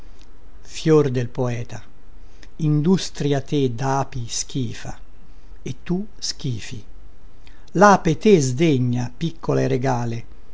fior del poeta industrïa te dapi schifa e tu schifi lape te sdegna piccola e regale